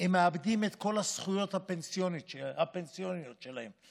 הם מאבדים את כל הזכויות הפנסיוניות שלהם.